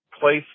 place